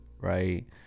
right